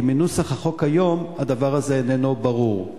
כי מנוסח החוק היום הדבר הזה אינו ברור.